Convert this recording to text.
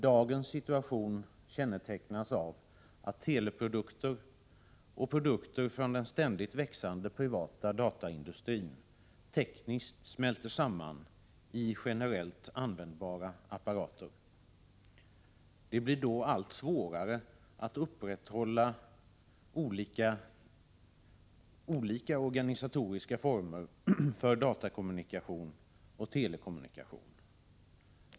Dagens situation kännetecknas av att teleprodukter och produkter från den ständigt expanderande privata dataindustrin smälter samman tekniskt i generellt användbara apparater. Det blir då allt svårare att upprätthålla olika organisatoriska former för datakommunikation och telekommunikation.